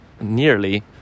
nearly